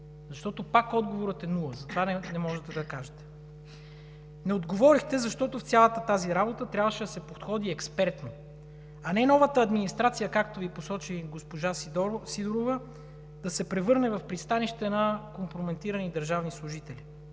Защото отговорът пак е нула и затова не можете да кажете. Не отговорихте, защото в цялата тази работа трябваше да се подходи експертно, а не новата администрация, както Ви посочи госпожа Сидорова, да се превърне в пристанище на компрометирани държавни служители